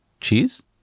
Cheese